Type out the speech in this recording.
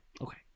Okay